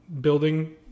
building